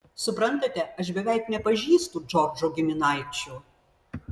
suprantate aš beveik nepažįstu džordžo giminaičių